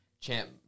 champ